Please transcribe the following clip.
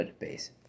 base